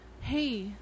hey